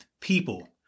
people